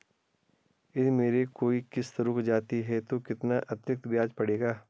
यदि मेरी कोई किश्त रुक जाती है तो कितना अतरिक्त ब्याज पड़ेगा?